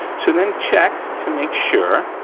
so then check to make sure,